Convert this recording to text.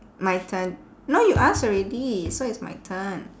my turn no you ask already so it's my turn